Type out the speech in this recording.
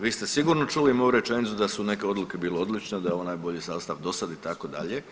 Vi ste sigurno čuli moju rečenicu da su neke odluke bile odlične, da je ovo najbolji sastav do sad itd.